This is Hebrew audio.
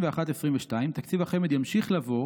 ב-2022-2021 תקציב חמ"ד ימשיך לבוא"